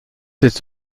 cette